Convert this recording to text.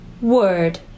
Word